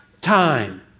time